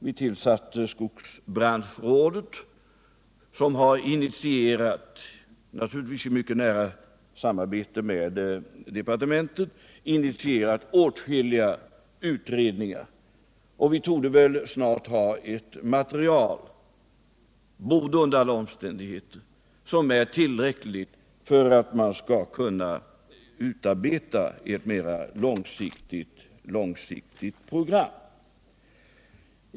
Vi tillsatte skogsbranschrådet som, naturligtvis i mycket nära samarbete med departementet, initierade åtskilliga utredningar, och vi torde väl snart ha ett material — borde under alla omständigheter ha det — som är tillräckligt för att man skall kunna utarbeta ett mera långsiktigt program.